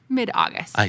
Mid-August